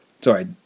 Sorry